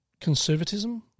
Conservatism